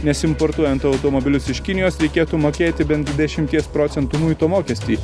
nes importuojant automobilius iš kinijos reikėtų mokėti bent dešimties procentų muito mokestį